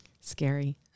Scary